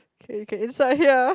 insert here